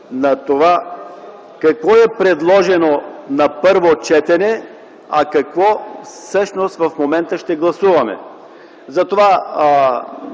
на това какво е предложено на първо четене и какво всъщност в момента ще гласуваме. Моето